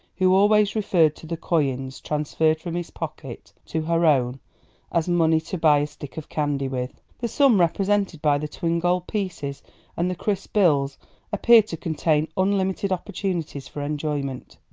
who always referred to the coins transferred from his pocket to her own as money to buy a stick of candy with. the sum represented by the twin gold pieces and the crisp bills appeared to contain unlimited opportunities for enjoyment.